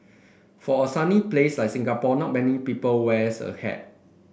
for a sunny place like Singapore not many people wears a hat